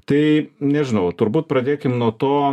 tai nežinau turbūt pradėkim nuo to